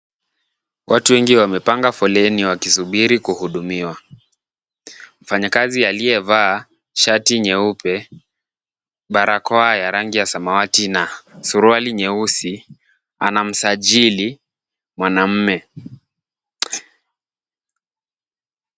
Watu wengi wamepanga foleni wakisubiri kuhudumiwa . Mfanyikazi aliyevaa shati nyeupe , barakoa ya rangi ya samawati na suruali nyeusi anamsajili mwanaume .